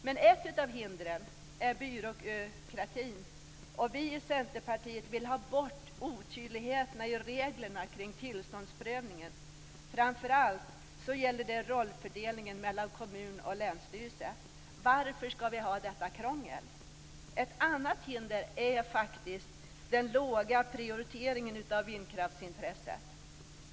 Men ett av hindren är byråkratin. Vi i Centerpartiet vill ha bort otydligheterna i reglerna kring tillståndsprövningen. Framför allt gäller det rollfördelningen mellan kommun och länsstyrelse. Varför ska vi ha detta krångel? Ett annat hinder är faktiskt den låga prioriteringen av vindkraftsintresset.